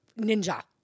ninja